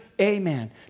Amen